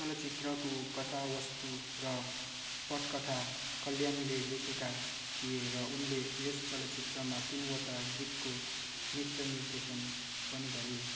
चलचित्रको कथावस्तु र पटकथा कल्याणले लेखेका थिए र उनले यस चलचित्रमा तिनवटा गीतको नृत्य निर्देशन पनि गरे